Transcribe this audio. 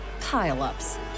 pile-ups